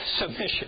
Submission